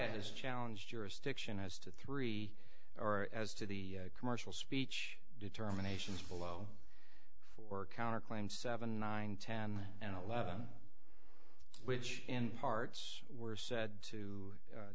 caius challenge jurisdiction as to three or as to the commercial speech determinations below for counter claim seven nine ten and eleven which in parts were said to